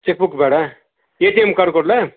check book ಬೇಡವಾ A T M card ಕೊಡಲಾ